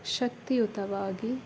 ಶಕ್ತಿಯುತವಾಗಿ